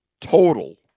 total